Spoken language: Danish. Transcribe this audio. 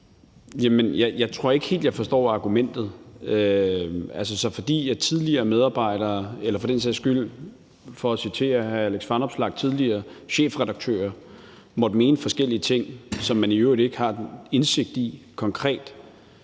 Jeg tror ikke helt, jeg forstår argumentet. Altså, fordi tidligere medarbejdere eller for den sags skyld – for at citere hr. Alex Vanopslagh – tidligere chefredaktører måtte mene forskellige ting, som man i øvrigt ikke har konkret